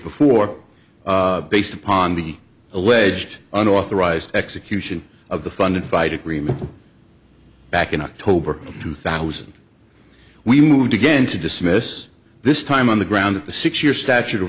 before based upon the alleged unauthorized execution of the funding fight agreement back in october of two thousand we moved again to dismiss this time on the grounds of the six year statute of